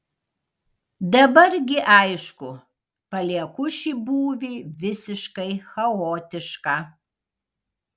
dabar gi aišku palieku šį būvį visiškai chaotišką